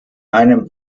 einem